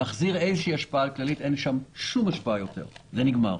אין שם שום השפעה יותר, זה נגמר.